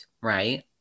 right